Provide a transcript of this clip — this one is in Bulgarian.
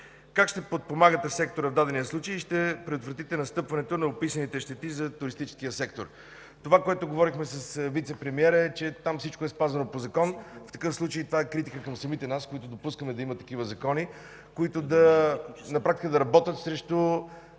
Как ще подпомагате сектора в дадения случай и ще предотвратите настъпването на описаните щети за туристическия сектор? Това, което говорихме с вицепремиера, е, че там всичко е спазено по закон. В такъв случай това е критика към самите нас, които допускаме да има такива закони, които на практика